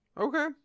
Okay